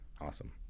Awesome